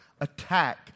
Attack